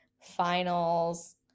finals